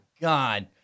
god